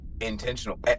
intentional